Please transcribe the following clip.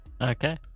Okay